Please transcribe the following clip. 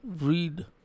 read